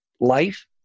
life